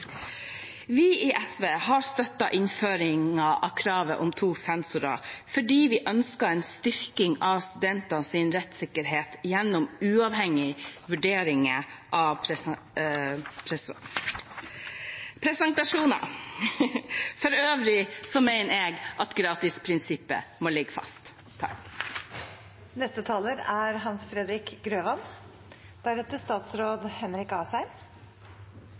Vi i SV har støttet innføring av krav om to sensorer, fordi vi ønsker en styrking av studenters rettssikkerhet gjennom uavhengig vurdering av prestasjoner. For øvrig mener jeg at gratisprinsippet må ligger fast. Universiteter og høyskoler er